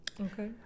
Okay